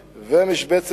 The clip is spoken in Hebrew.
סוג בעלי החיים,